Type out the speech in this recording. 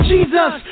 Jesus